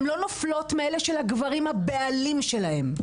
לא נופלות מאלה של הגברים הבעלים שלהן.